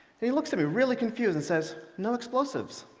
he looks at me really confused and says, no explosives?